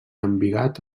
embigat